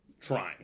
trying